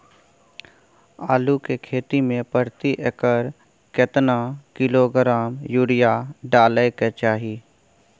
आलू के खेती में प्रति एकर केतना किलोग्राम यूरिया डालय के चाही?